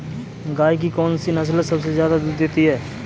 गाय की कौनसी नस्ल सबसे ज्यादा दूध देती है?